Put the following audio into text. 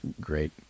great